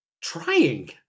trying